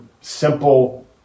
simple